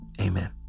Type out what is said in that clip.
amen